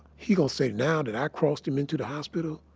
he gonna say now that i crossed him into the hospital?